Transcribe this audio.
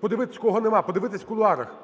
подивитися, кого нема, подивитися в кулуарах